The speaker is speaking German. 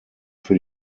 für